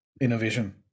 innovation